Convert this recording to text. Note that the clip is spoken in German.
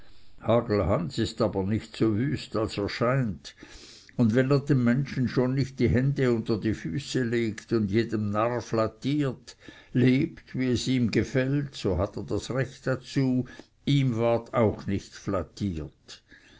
aber nicht so wüst als er scheint und wenn er den menschen schon nicht die hände unter die füße legt und jedem narr flattiert lebt wie es ihm gefällt so hat er das recht dazu ihm ward auch nicht flattiert